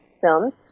films